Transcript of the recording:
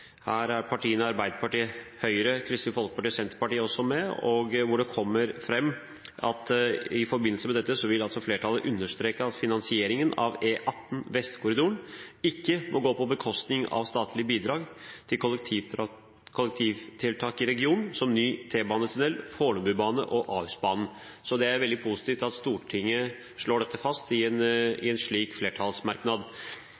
her er også Arbeiderpartiet, Høyre, Kristelig Folkeparti og Senterpartiet med. I forbindelse med dette vil dette flertallet understreke at «finansieringen av E18 Vestkorridoren ikke må gå på bekostning av statlige bidrag til kollektivtiltak i regionen, som ny T-banetunnel, Fornebubanen og Ahusbanen». Det er veldig positivt at Stortinget slår dette fast i en slik flertallsmerknad.